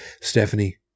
Stephanie